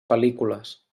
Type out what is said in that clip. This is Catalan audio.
pel·lícules